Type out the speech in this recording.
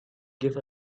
gave